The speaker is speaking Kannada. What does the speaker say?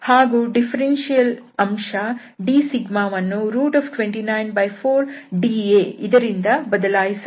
ಹಾಗೂ ಡಿಫರೆನ್ಷಿಯಲ್ ಅಂಶ dσ ವನ್ನು 294dA ಇದರಿಂದ ಬದಲಾಯಿಸಬಹುದು